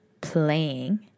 playing